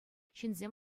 ҫынсем